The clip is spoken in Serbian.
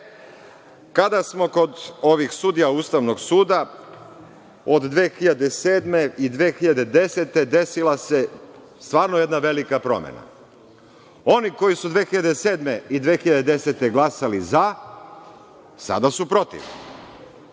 smo kod ovih sudija Ustavnog suda, od 2007. i 2010. godine desila se stvarno jedna velika promena. Oni koji su 2007. i 2010. godine glasali „za“, sada su „protiv“